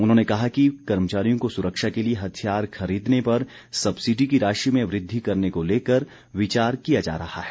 उन्होंने कहा कि कर्मचारियों को सुरक्षा के लिए हथियार खरीदने पर सब्सिडी की राशि में वृद्धि करने को लेकर विचार किया जा रहा है